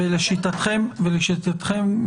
ולשיטתכם,